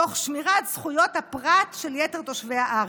תוך שמירה על זכויות הפרט של יתר תושבי הארץ.